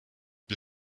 wir